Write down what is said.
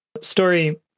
Story